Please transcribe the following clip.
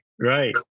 right